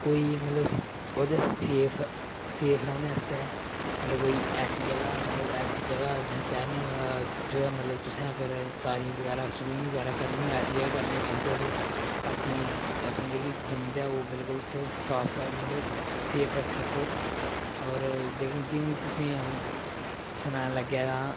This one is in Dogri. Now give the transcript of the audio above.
कोई मतलब ओह्दे आस्तै सेफ सेफ रौह्ने आस्तै मतलब कोई ऐसे जगह मतलब ऐसे जगह जित्थें तैरना होऐ जो मतलब तुसें अगर तारी बगैरा स्वीमिंग बगैरा करनी होऐ ऐसी जगह करनी जित्थें तुस अपनी अपनी जेह्की जिन्द ऐ ओह् बिकलुल साफ मतलब सेफ रक्खी सको होर जि'यां कि जि'यां कि तुसेंगी अ'ऊं सनान लग्गेआं तां